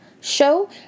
show